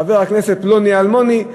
חבר הכנסת פלוני אלמוני,